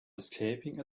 escaping